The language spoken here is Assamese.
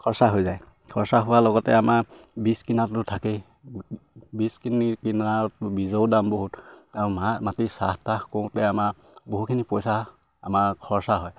খৰচা হৈ যায় খৰচা হোৱাৰ লগতে আমাৰ বীজ কিনাটো থাকেই বীজ কিনি কিনা বীজৰো দাম বহুত আৰু মা মাটি চাহ তাহ কৰোঁতে আমাৰ বহুখিনি পইচা আমাৰ খৰচা হয়